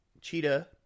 cheetah